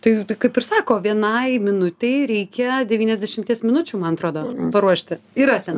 tai tai kaip ir sako vienai minutei reikia devyniasdešimties minučių man atrodo paruošti yra ten